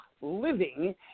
living